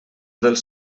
dels